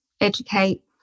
educate